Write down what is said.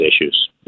issues